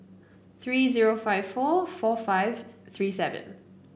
three zero five four four five three seven